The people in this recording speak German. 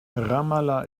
ramallah